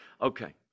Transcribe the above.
Okay